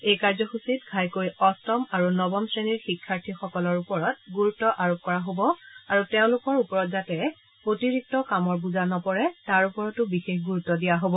এই কাৰ্যসূচীত ঘাইকৈ অষ্টম আৰু নৱম শ্ৰেণীৰ শিক্ষাৰ্থীসকলৰ ওপৰত গুৰুত্ব আৰোপ কৰা হ'ব আৰু তেওঁলোকৰ ওপৰত যাতে অতিৰিক্ত কামৰ বোজা নপৰে তাৰ ওপৰত বিশেষ গুৰুত্ব দিয়া হ'ব